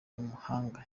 w’umuhanga